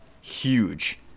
huge